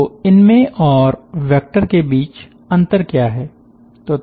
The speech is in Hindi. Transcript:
तो इनमें और वैक्टर के बीच अंतर क्या हैं